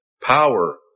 power